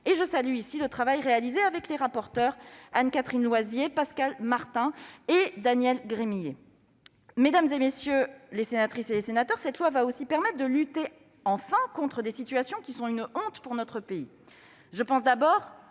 Je salue ici le travail réalisé avec les rapporteurs Anne-Catherine Loisier, Pascal Martin et Daniel Gremillet. Mesdames les sénatrices, messieurs les sénateurs, ce texte va aussi permettre de lutter, enfin, contre des situations qui sont une honte pour notre pays. Je pense tout d'abord